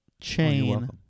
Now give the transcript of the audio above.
chain